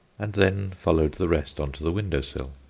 and then followed the rest on to the window-sill,